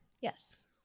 Yes